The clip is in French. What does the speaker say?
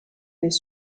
des